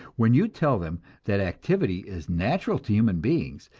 when you tell them that activity is natural to human beings,